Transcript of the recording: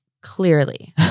clearly